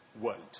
world